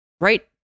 right